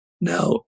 Now